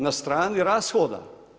Na strani rashoda.